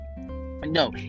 no